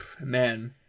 man